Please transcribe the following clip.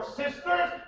sisters